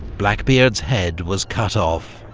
blackbeard's head was cut off,